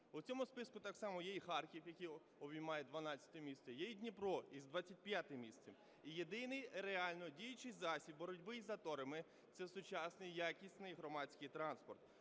У цьому списку так само є і Харків, який обіймає дванадцяте місце, є і Дніпро із двадцять п'ятим місцем. І єдиний реально діючий засіб боротьби із заторами – це сучасний, якісний громадський транспорт.